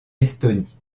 estonie